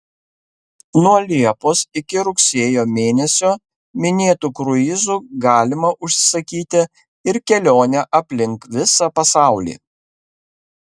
nuo liepos iki rugsėjo mėnesio minėtu kruizu galima užsisakyti ir kelionę aplink visą pasaulį